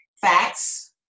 facts